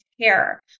care